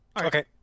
Okay